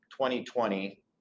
2020